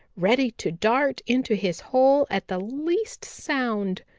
ready to dart into his hole at the least sound.